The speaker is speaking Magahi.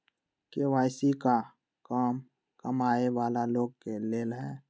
के.वाई.सी का कम कमाये वाला लोग के लेल है?